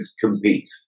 compete